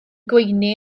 gweini